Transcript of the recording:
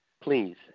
please